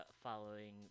following